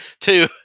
Two